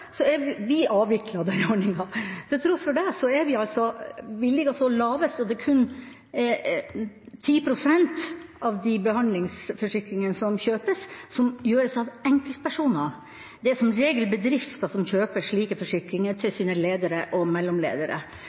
er kun 10 pst. av de behandlingsforsikringene som kjøpes, som kjøpes av enkeltpersoner. Det er som regel bedrifter som kjøper slike forsikringer til sine ledere og mellomledere.